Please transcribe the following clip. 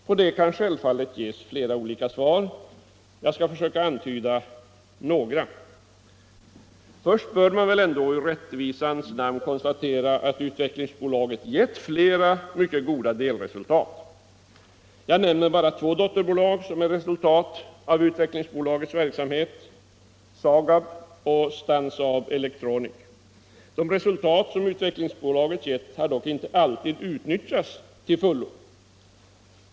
På detta kan självfallet ges flera olika svar. Jag skall försöka antyda några. Först bör man väl i rättvisans namn konstatera att Utvecklingsbolaget har givit flera mycket goda delresultat. Jag nämner bara två dotterbolag som är resultat av Utvecklingsbolagets verksamhet. SAKAB och STAN SAAB Elektronik AB. De resultat som Utvecklingsbolaget gett har dock inte alltid utnyttjats till fullo.